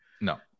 No